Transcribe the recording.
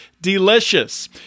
delicious